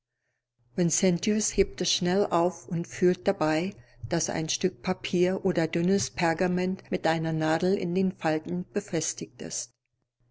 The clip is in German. vincentius hebt es schnell auf und fühlt dabei daß ein stück papier oder dünnes pergament mit einer nadel in den falten befestigt ist